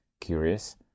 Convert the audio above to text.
curious